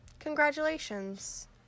Congratulations